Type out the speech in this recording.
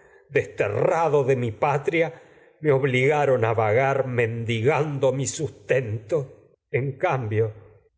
favor des terrado patria me obligaron a vagar en mendigan a do mi sustento cambio